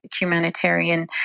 humanitarian